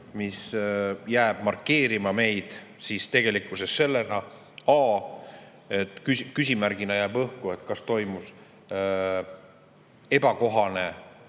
mida jääb markeerima tegelikkuses see, et küsimärgina jääb õhku, kas toimus ebakohane